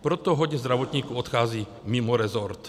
Proto hodně zdravotníků odchází mimo rezort.